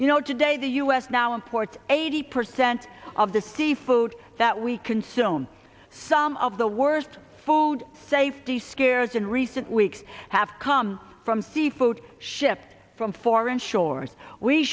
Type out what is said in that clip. you know today the u s now imports eighty percent of the seafood that we consume some of the worst food safety scares in recent weeks have come from seafood shipped from foreign shores we